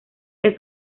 que